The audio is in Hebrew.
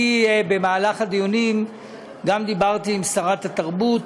בדיונים דיברתי גם עם שרת התרבות.